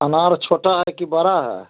अनार छोटा है की बड़ा है